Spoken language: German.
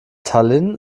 tallinn